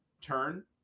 turn